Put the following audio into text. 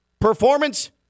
performance